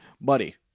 buddy